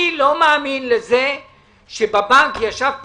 אני לא מאמין לזה שבבנק ישב פקיד,